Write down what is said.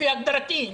לפי הגדרתי,